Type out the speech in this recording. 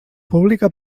pública